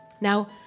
Now